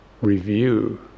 review